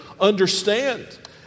understand